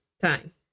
time